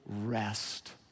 rest